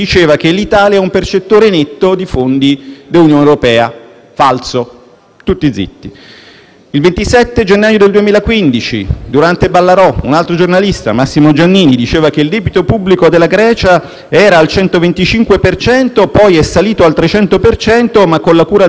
Il 27 gennaio 2015, durante «Ballarò» un altro giornalista, Massimo Giannini, diceva che il debito pubblico della Grecia era al 125 per cento, poi è salito al 300 per cento, ma con la cura della *Troika* è sceso al 175 per cento. Peccato che al 300 per cento non ci sia mai arrivato e che quella cura